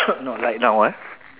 not like now ah